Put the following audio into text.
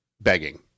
begging